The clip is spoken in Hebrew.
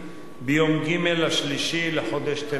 ביום ג' השלישי לחודש שבט.